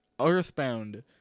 Earthbound